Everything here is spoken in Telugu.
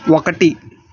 ఒకటి